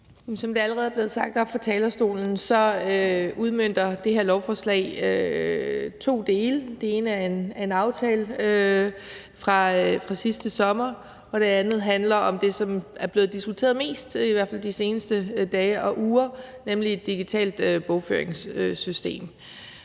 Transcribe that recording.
Som det er allerede er blevet sagt fra talerstolen, udmønter det her lovforslag to dele. Den ene er en aftale fra sidste sommer, og den anden handler om det, som i hvert fald i de seneste dage og uger er blevet diskuteret mest, nemlig et digitalt bogføringssystem.